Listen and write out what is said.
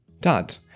Dad